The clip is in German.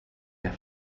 der